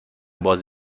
باز